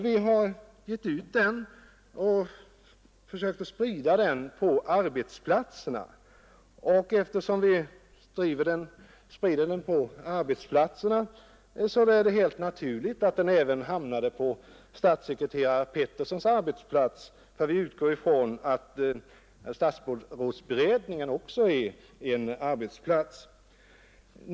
Vi har försökt sprida den på arbetsplatserna, och då är det helt naturligt att den även hamnat på statssekreterare Petersons arbetsplats, ty vi utgår ifrån att statsrådsberedningen också är en arbetsplats.